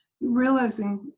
realizing